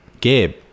Gabe